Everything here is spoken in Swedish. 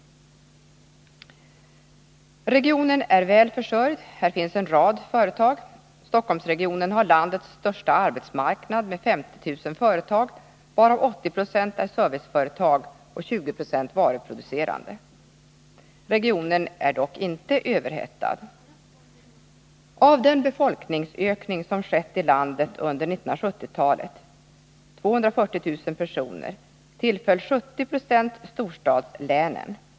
Regionen är väl försörjd — här finns en rad företag. Stockholmsregionen har landets största arbetsmarknad med 50 000 företag, varav 80 70 är serviceföretag och 20 90 varuproducerande. Regionen är dock inte överhettad. Av den befolkningsökning som skett i landet under 1970-talet — 240 000 personer — tillföll 70 26 storstadslänen.